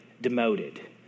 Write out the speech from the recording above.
demoted